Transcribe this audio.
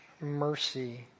mercy